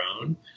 own